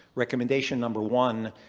recommendation number one,